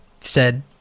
said-